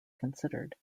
considered